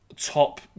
Top